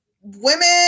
women